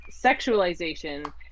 sexualization